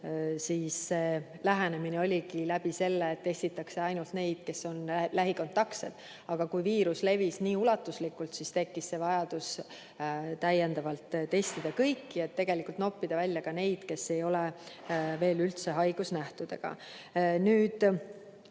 lähenemine oligi, et testitakse ainult neid, kes on lähikontaktsed. Aga kui viirus levis nii ulatuslikult, siis tekkis vajadus täiendavalt testida kõiki, et tegelikult noppida välja ka neid [nakatunuid], kes ei ole üldse haigusnähtudega. Nüüd,